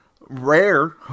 rare